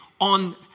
on